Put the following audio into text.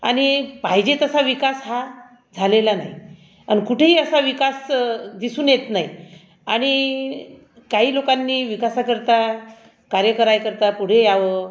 आणि पाहिजे तसा विकास हा झालेला नाही आणि कुठेही असा विकास दिसून येत नाही आणि काही लोकांनी विकासाकरता कार्य कराय करता पुढे यावं